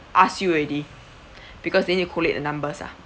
ask you already because they need to collate the numbers ah